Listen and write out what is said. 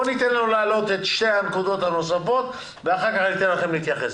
בואו ניתן לו להעלות את שתי הנקודות הנוספות ואז תוכלו להתייחס.